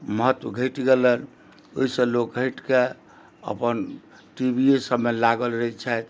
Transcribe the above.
महत्व घटि गेलैनि ओहिसँ लोक घटिके अपन टी वी ए सबमे लागल रहै छथि